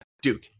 Duke